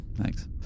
Thanks